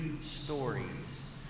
stories